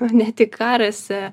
ne tik karas